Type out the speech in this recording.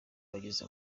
abagize